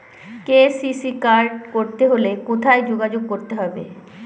KCC card করতে হলে কোথায় যোগাযোগ করতে হবে?